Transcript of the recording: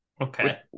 Okay